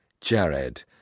Jared